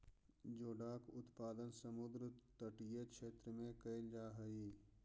जोडाक उत्पादन समुद्र तटीय क्षेत्र में कैल जा हइ